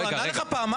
הוא כבר עונה לך פעמיים.